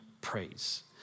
praise